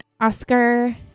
oscar